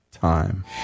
time